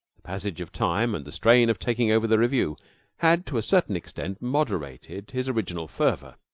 the passage of time and the strain of talking over the revue had to a certain extent moderated his original fervor.